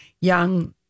young